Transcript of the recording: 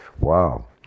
Wow